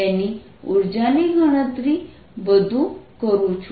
તેની ઉર્જાની ગણતરી વધુ કરું છું